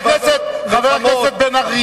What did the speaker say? חבר הכנסת בן-ארי.